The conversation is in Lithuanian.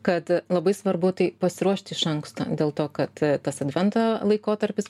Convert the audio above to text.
kad labai svarbu tai pasiruošt iš anksto dėl to kad tas advento laikotarpis